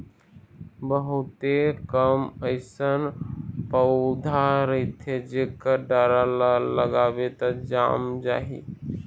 बहुते कम अइसन पउधा रहिथे जेखर डारा ल लगाबे त जाम जाही